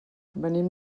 venim